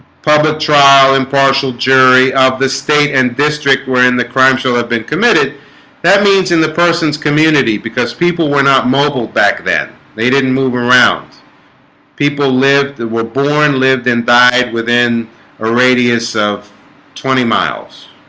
public trial impartial jury of the state and district wherein the crime shall have been committed that means in the persons community because people were not mobled back then they didn't move around people lived that were born lived and died within a radius of twenty miles